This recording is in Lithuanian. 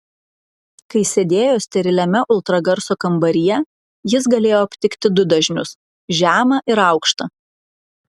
kai sėdėjo steriliame ultragarso kambaryje jis galėjo aptikti du dažnius žemą ir aukštą